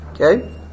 Okay